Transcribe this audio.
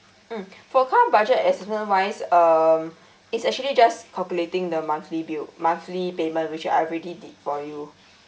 mm for car budget assistant wise um it's actually just calculating the monthly bill monthly payment which I've really did for you